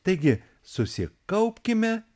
taigi susikaupkime